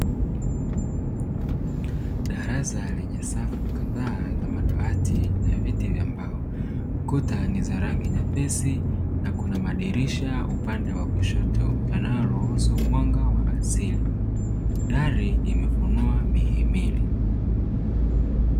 Darasa lenye safu kadhaa za madawati na viti vya mbao, kuta ni za rangi nyepesi na kuna madirisha upande wa kushoto yanayoruhusu mwanga wa asili. Dari imefunua mihimili.